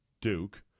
Duke